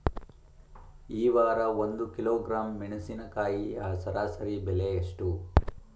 ಈ ವಾರ ಒಂದು ಕಿಲೋಗ್ರಾಂ ಮೆಣಸಿನಕಾಯಿಯ ಸರಾಸರಿ ಬೆಲೆ ಎಷ್ಟು?